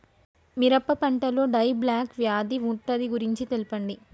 మిరప పంటలో die back వ్యాధి ముట్టడి గురించి తెల్పండి?